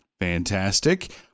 fantastic